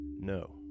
no